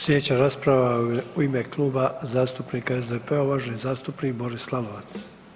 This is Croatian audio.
Slijedeća rasprava u ime Kluba zastupnika SDP-a uvaženi zastupnik Boris Lalovac.